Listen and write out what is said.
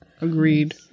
Agreed